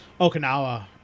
Okinawa